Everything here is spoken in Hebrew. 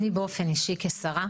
אני באופן אישי כשרה,